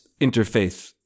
interfaith